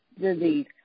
disease